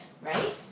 right